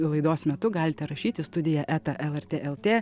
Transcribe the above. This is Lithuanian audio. laidos metu galite rašyt į studija eta lrt lt